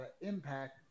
impact